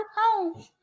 home